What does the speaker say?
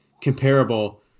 comparable